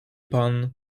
pan